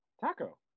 Taco